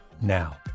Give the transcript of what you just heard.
now